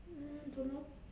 mm don't know